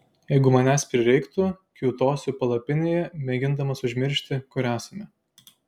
jeigu manęs prireiktų kiūtosiu palapinėje mėgindamas užmiršti kur esame